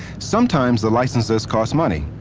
sometimes the licenses cost money.